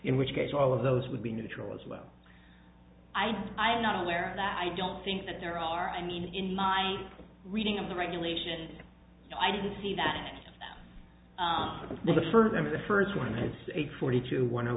in which case all of those would be neutral as well i i'm not aware of that i don't think that there are i mean in my reading of the regulation i didn't see that the first time in the first one it's eight forty two one